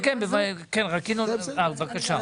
כן, בבקשה.